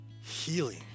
Healing